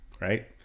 right